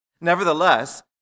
Nevertheless